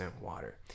water